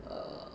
err